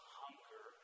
hunger